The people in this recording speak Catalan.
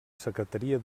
secretaria